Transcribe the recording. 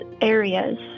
areas